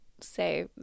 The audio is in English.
say